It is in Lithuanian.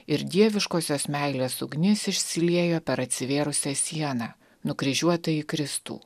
ir dieviškosios meilės ugnis išsiliejo per atsivėrusią sieną nukryžiuotąjį kristų